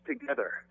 together